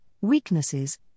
weaknesses